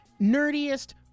Nerdiest